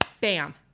bam